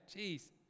Jeez